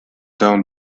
down